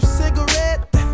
cigarette